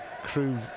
crew